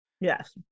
Yes